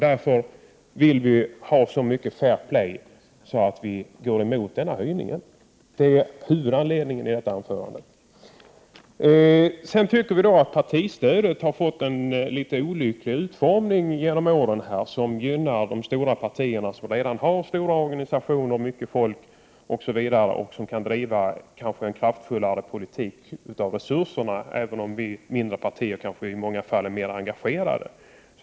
Det är inte fair play, och det är huvudanledningen till att vi går emot höjningen nu. Partistödet har fått en olycklig utformning genom att det gynnar de stora partierna, som redan har stora organisationer och mycket folk och kan driva en kraftfullare politik, även om vi mindre partier i många fall är mera engagerade.